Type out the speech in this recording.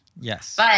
yes